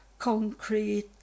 concrete